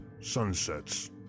sunsets